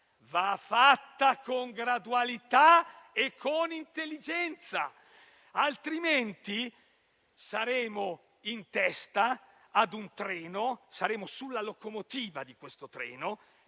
va fatta con gradualità e intelligenza. Altrimenti saremo in testa a un treno, sulla locomotiva di un treno